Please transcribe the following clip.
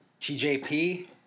TJP